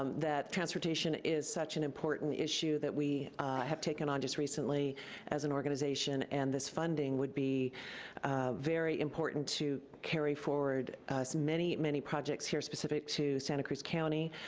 um that transportation is such an important issue that we have taken on just recently as an organization and this funding would be very important to carry forward as many, many projects here specific to santa cruz county,